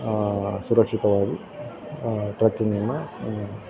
ಸುರಕ್ಷಿತವಾಗಿ ಟ್ರಕ್ಕಿಂಗನ್ನು